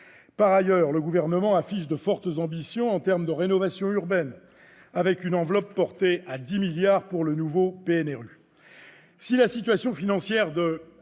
Par ailleurs, le Gouvernement affiche de fortes ambitions en termes de rénovation urbaine, avec une enveloppe portée à 10 milliards d'euros pour le nouveau programme national de